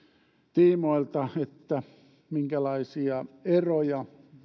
tiimoilta että minkälaisia eroja